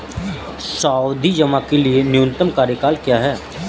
सावधि जमा के लिए न्यूनतम कार्यकाल क्या है?